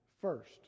first